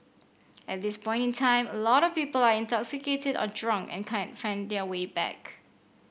at this point in time a lot of people are intoxicated or drunk and can't find their way back